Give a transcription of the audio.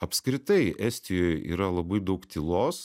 apskritai estijoj yra labai daug tylos